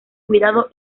cuidado